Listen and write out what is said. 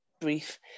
brief